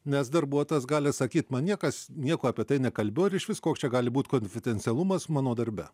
nes darbuotojas gali sakyt man niekas nieko apie tai nekalbėjo ir išvis koks čia gali būt konfidencialumas mano darbe